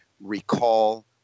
recall